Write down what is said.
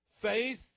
faith